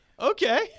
Okay